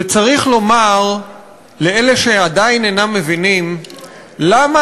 וצריך לומר לאלה שעדיין אינם מבינים למה